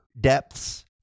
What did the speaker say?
depths